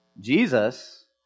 Jesus